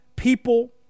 people